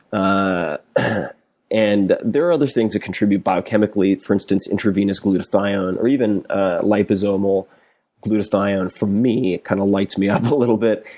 ah and there are other things that contribute biochemically. for instance, intravenous glutathione, or even liposomal glutathione, for me, kind of lights me up a little bit.